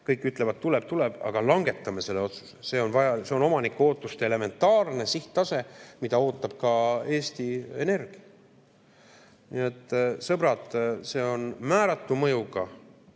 Kõik ütlevad, et tuleb, tuleb, aga langetame selle otsuse! See on omanike ootuste elementaarne sihttase, mida ootab ka Eesti Energia. Nii et, sõbrad, see on määratu mõjuga